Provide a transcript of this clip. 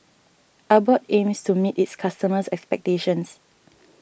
Abbott aims to meet its customers' expectations